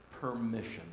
permission